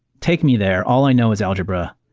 take me there. all i know is algebra.